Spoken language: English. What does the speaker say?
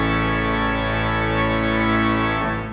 and